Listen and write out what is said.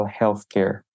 healthcare